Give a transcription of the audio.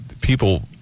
People